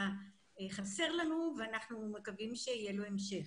חסר לנו ואנחנו מקווים שיהיה לו המשך.